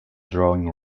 drawing